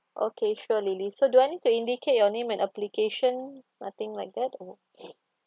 okay sure lily so do I need to indicate your name in application nothing like that or